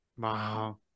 Wow